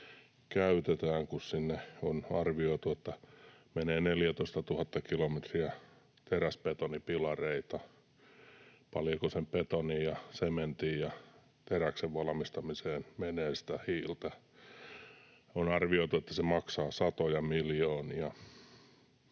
kun on arvioitu, että sinne menee 14 000 kilometriä teräsbetonipilareita. Paljonko sen betonin ja sementin ja teräksen valmistamiseen menee sitä hiiltä? On arvioitu, että se maksaa satoja miljoonia.